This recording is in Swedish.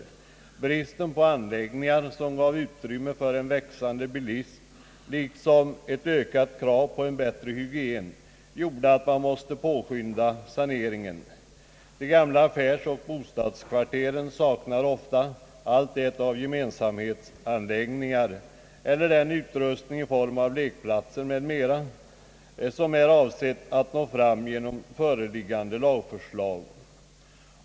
Även bristen på anläggningar, som gav utrymme för en växande bilism, liksom ett ökat krav på en bättre hygien gjorde, att man måste påskynda saneringen. De gamia affärsoch bostadskvarteren saknade ofta alla de gemensamhetsanläggningar eller den utrustning i form av lekplatser m. m,. som man har avsett att nå fram till genom föreliggande lagförslag.